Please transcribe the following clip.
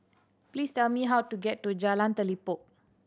please tell me how to get to Jalan Telipok